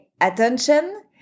attention